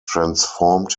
transformed